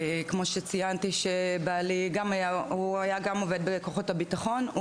כמו שציינתי שבעלי גם עבד בכוחות הביטחון,